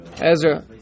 Ezra